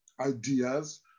ideas